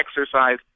exercise